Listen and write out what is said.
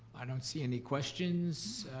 i don't see any questions.